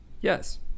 Yes